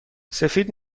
سفید